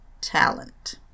talent